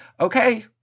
Okay